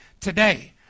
today